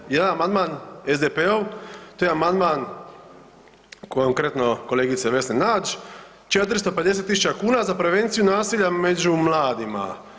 Jedan se, jedan amandman SDP-ov to je amandman konkretno kolegice Vesne Nađ 450.000 kuna za prevenciju nasilja među mladima.